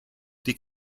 die